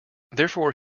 therefore